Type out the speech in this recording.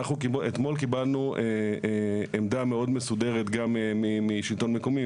אתמול קיבלנו עמדה מאוד מסודרת גם משלטון מקומי,